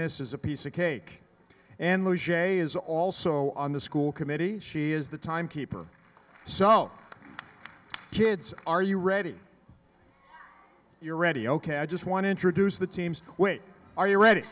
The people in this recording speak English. this is a piece of cake and lucia a is also on the school committee she is the time keeper so kids are you ready you're ready ok i just want to introduce the teams which are you ready